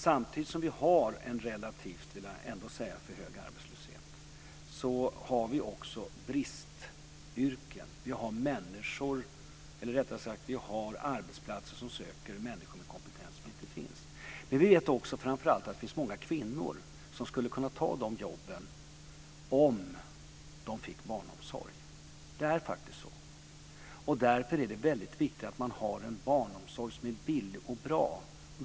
Samtidigt som vi har en relativt för hög arbetslöshet har vi också bristyrken. Vi har arbetsplatser som söker människor med kompetens som inte finns. Det finns framför allt många kvinnor som skulle kunna ta de jobben om de fick barnomsorg. Det är faktiskt så. Därför är det väldigt viktigt att vi har en barnomsorg som är billig och bra.